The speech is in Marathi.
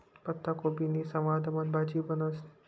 पत्ताकोबीनी सवादबन भाजी बनस